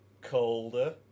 Colder